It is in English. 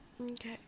Okay